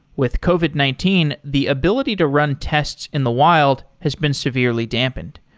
with covid nineteen, the ability to run tests in the wild has been severely dampened.